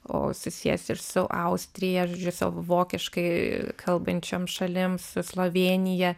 o susijęs ir su austrija su vokiškai kalbančiom šalim su slovėnija